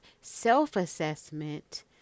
self-assessment